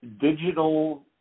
digital